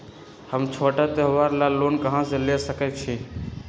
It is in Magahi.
हम छोटा त्योहार ला लोन कहां से ले सकई छी?